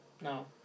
No